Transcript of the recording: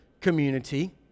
community